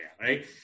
right